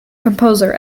composer